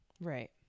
Right